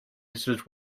incident